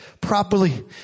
properly